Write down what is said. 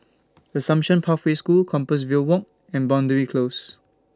Assumption Pathway School Compassvale Walk and Boundary Close